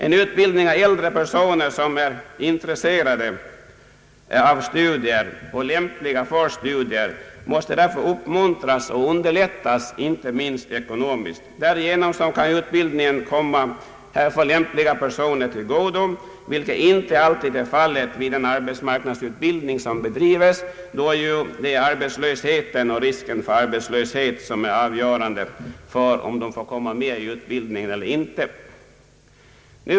En utbildning av äldre personer som är intresserade av studier och lämpade för studier måste därför uppmuntras och underlättas, inte minst ekonomiskt. Därigenom kan utbildningen komma härför lämpliga personer till godo, vilket inte alltid är fallet med den arbetsmarknadsutbildning som bedrives, då det ju är arbetslösheten och risken för arbetslöshet som är avgörande för om vederbörande får komma med i utbildningen eller inte.